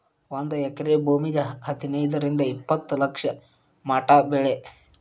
ಒಂದ ಎಕರೆ ಭೂಮಿಗೆ ಹದನೈದರಿಂದ ಇಪ್ಪತ್ತ ಲಕ್ಷ ಮಟಾ ಬೆಲೆ